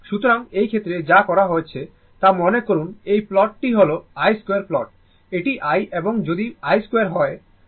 সুতরাং এই ক্ষেত্রে যা করা হয়েছে তা মনে করুন এই প্লটটি হল i2 প্লট এটি i এবং যদি প্লট i 2 হয়